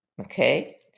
Okay